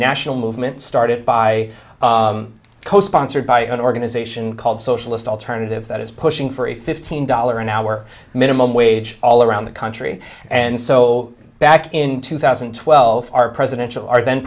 national movement started by co sponsored by an organization called socialist alternative that is pushing for a fifteen dollar an hour minimum wage all around the country and so back in two thousand and twelve our presidential our then